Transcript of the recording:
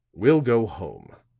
we'll go home.